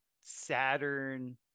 Saturn